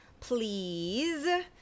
please